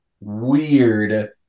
weird